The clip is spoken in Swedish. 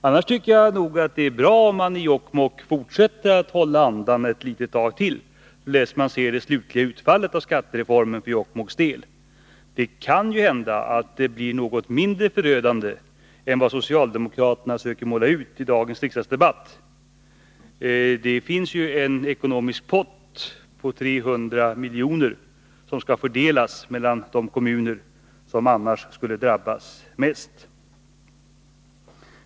Annars tycker jag att det är bra om man i Jokkmokk fortsätter att hålla andan ett litet tag — tills man ser det slutliga utfallet av skattereformen för Jokkmokks del. Det kan ju hända att det blir något mindre förödande än socialdemokraterna försöker utmåla i dagens riksdagsdebatt. Det finns en ekonomisk pott på 300 miljoner som skall fördelas mellan de kommuner som annars skulle drabbas hårdast.